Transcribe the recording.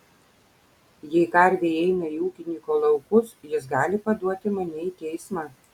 jei karvė įeina į ūkininko laukus jis gali paduoti mane į teismą